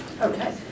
Okay